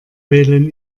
wählen